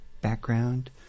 background